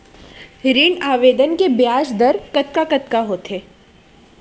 ऋण आवेदन के ब्याज दर कतका कतका होथे?